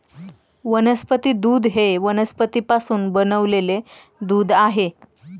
वनस्पती दूध हे वनस्पतींपासून बनविलेले दूध आहे